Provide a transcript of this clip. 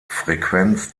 frequenz